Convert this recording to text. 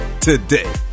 today